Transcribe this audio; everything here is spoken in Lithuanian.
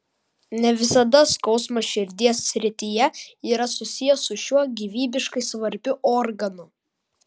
ne visada skausmas širdies srityje yra susijęs su šiuo gyvybiškai svarbiu organu